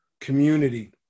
community